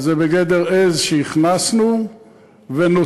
אז זה בגדר עז שהכנסנו ונוציא.